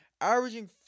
averaging